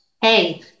hey